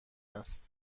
است